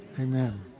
Amen